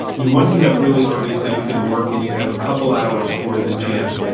you want to get up really early so you can work and you can have a couple hours for the gym.